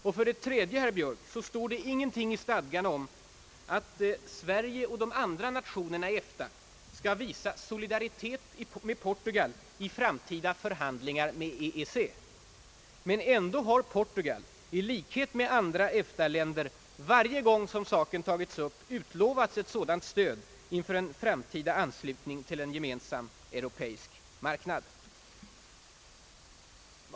Vidare, herr Björk, står det ingenting i stadgarna om att Sverige och de andra nationerna i EFTA skall visa sin solidaritet med Portugal vid framtida förhandlingar med EEC. ändå har Portugal, i likhet med andra EFTA-länder, varje gång saken tagits upp utlovats ett sådant stöd inför en framtida anslutning till en gemensam europeisk marknad.